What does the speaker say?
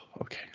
Okay